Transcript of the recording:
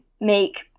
make